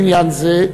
בעניין זה,